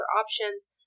options